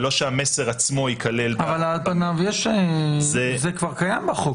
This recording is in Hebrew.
ולא שהמסר עצמו ייכלל --- על פניו זה כבר קיים בחוק.